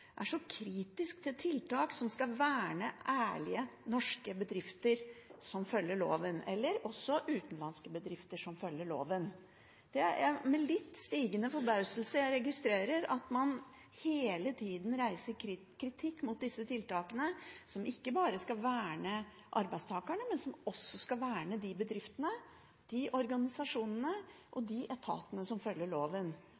er så kritiske til tiltak som skal verne ærlige norske bedrifter som følger loven, eller også utenlandske bedrifter som følger loven. Det er med litt stigende forbauselse jeg registrerer at man hele tida reiser kritikk mot disse tiltakene, som ikke bare skal verne arbeidstakerne, men som også skal verne de bedriftene, de organisasjonene